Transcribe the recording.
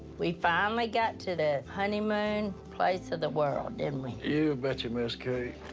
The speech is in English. we finally got to the honeymoon place of the world, didn't we? you betcha, miss kay.